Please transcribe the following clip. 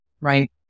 right